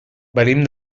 venim